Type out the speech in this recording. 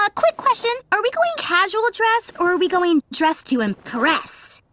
ah quick question. are we going casual dress or are we going dress to impress?